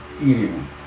eating